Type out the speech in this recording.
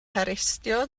harestio